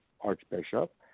archbishop